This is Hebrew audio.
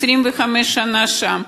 25 שנה שם,